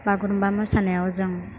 बागुरुम्बा मोसानायाव जों